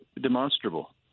demonstrable